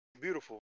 beautiful